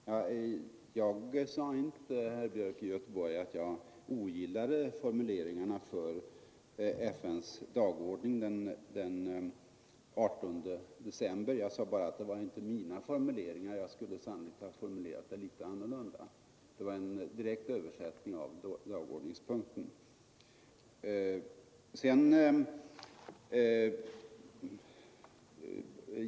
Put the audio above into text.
Herr talman! Jag sade inte, herr Björk i Göteborg, att jag ogillade formuleringarna i FN:s dagordning den 18 december. Jag sade bara att det inte var mina formuleringar; jag skulle sannolikt ha formulerat den punkten litet annorlunda. Vad jag citerade var en direkt översättning av dagordningspunkten.